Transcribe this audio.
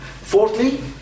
Fourthly